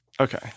Okay